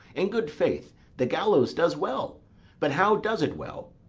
in good faith the gallows does well but how does it well?